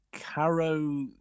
Caro